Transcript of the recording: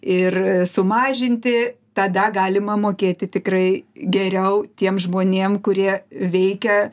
ir sumažinti tada galima mokėti tikrai geriau tiem žmonėm kurie veikia